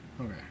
Okay